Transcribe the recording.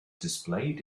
displayed